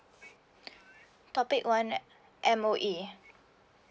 topic one M_O_E